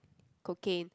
cocaine